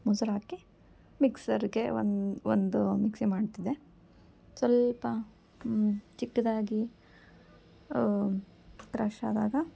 ಮೊಸ್ರು ಹಾಕಿ ಮಿಕ್ಸರ್ಗೆ ಒಂದು ಒಂದು ಮಿಕ್ಸಿ ಮಾಡ್ತಿದ್ದೆ ಸ್ವಲ್ಪ ಚಿಕ್ಕದಾಗಿ ಕ್ರಶ್ ಆದಾಗ